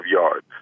yards